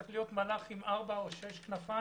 צריך להיות מלאך עם ארבע או שש כנפיים.